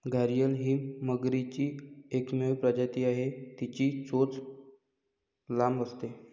घारीअल ही मगरीची एकमेव प्रजाती आहे, तिची चोच लांब असते